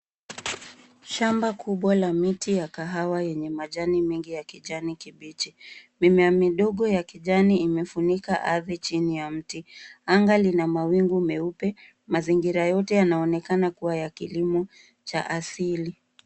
Shamba kubwa la miti ya kahawa yenye majani mengi ya kijani kibichi mimea midogo ya kijani imefunika ardhi chini ya mti, anga lina mawingu meupe mazingira yote yanaonekana kuwa ya kilimo cha asili.